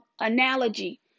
analogy